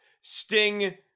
sting